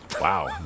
Wow